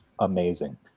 amazing